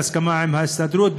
בהסכמה עם ההסתדרות,